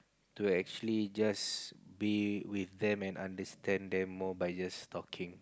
to actually just be with them and understand them more by just talking